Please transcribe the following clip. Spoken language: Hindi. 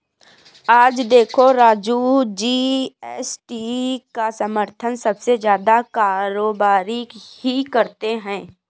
आज देखो राजू जी.एस.टी का समर्थन सबसे ज्यादा कारोबारी ही करते हैं